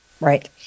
Right